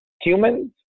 Humans